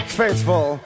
faithful